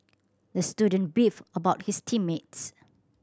the student beefed about his team mates